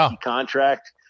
contract